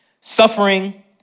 suffering